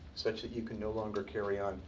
such that you could no longer carry on.